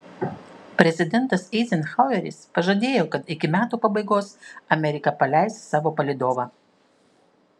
prezidentas eizenhaueris pažadėjo kad iki metų pabaigos amerika paleis savo palydovą